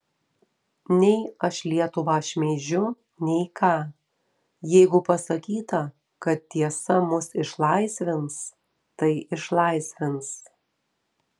nei aš lietuvą šmeižiu nei ką jeigu pasakyta kad tiesa mus išlaisvins tai išlaisvins